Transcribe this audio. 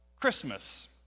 Christmas